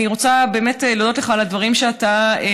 אני רוצה באמת להודות לך על הדברים שאמרת,